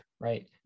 right